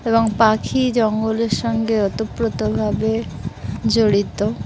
এবং পাখি জঙ্গলের সঙ্গে ওতপ্রতভাবে জড়িত